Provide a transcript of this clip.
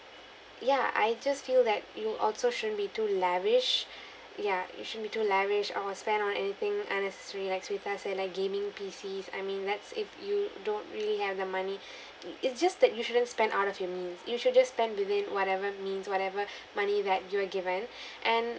ya I just feel that you also shouldn't be too lavish ya you shouldn't be to lavish or spend on anything unnecessary like sunita said like gaming pc's I mean that's if you don't really have the money it's just that you shouldn't spend out of your means you should just spend within whatever means whatever money that you're given and